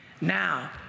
Now